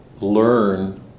learn